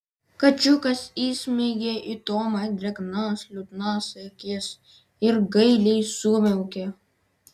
kačiukas įsmeigė į tomą drėgnas liūdnas akis ir gailiai sumiaukė